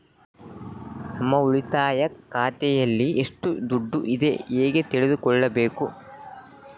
ನಮ್ಮ ಉಳಿತಾಯ ಖಾತೆಯಲ್ಲಿ ಎಷ್ಟು ದುಡ್ಡು ಇದೆ ಹೇಗೆ ತಿಳಿದುಕೊಳ್ಳಬೇಕು?